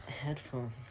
headphones